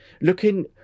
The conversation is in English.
Looking